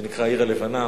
שנקראת "העיר הלבנה".